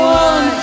one